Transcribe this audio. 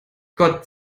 gott